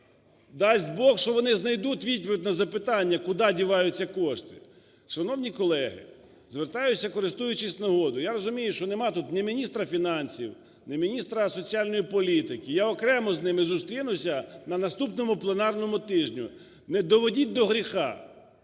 Дасть Бог, що вони знайдуть відповідь на запитання: куди діваються кошти? Шановні колеги, звертаюсь, користуючись нагодою. Я розумію, що нема тут ні міністра фінансів, ні міністра соціальної політики. Я окремо з ними зустрінуся на наступному пленарному тижні. Не доводіть до гріха.